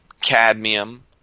cadmium